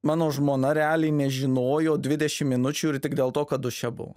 mano žmona realiai nežinojo dvidešim minučių ir tik dėl to kad duše buvo